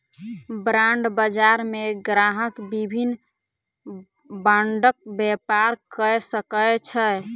bond बजार मे ग्राहक विभिन्न बांडक व्यापार कय सकै छै